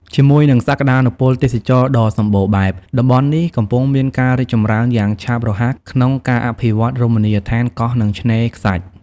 ជាមួយនឹងសក្តានុពលទេសចរណ៍ដ៏សម្បូរបែប តំបន់នេះកំពុងមានការរីកចម្រើនយ៉ាងឆាប់រហ័សក្នុងការអភិវឌ្ឍរមណីយដ្ឋានកោះ និងឆ្នេរខ្សាច់។